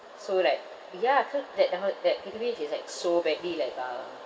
so like ya cause that ho~ that the damage is like so badly like uh